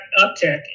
uptick